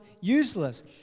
useless